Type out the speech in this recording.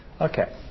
Okay